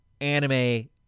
anime